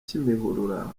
kimihurura